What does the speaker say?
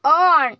on